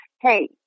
Hey